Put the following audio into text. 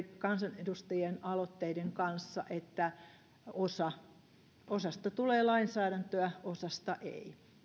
kansanedustajien aloitteiden kanssa että osasta tulee lainsäädäntöä osasta ei